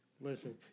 Listen